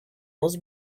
was